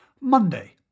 Monday